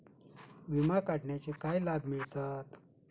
विमा काढण्याचे काय लाभ मिळतात?